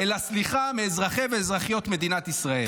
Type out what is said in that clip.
אלא סליחה מאזרחי ואזרחיות מדינת ישראל.